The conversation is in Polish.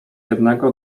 jednego